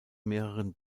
mehreren